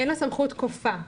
אין לו סמכות כופה.